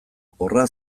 horra